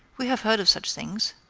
we have heard of such things.